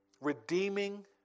redeeming